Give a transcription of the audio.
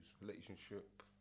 relationship